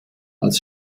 als